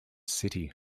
city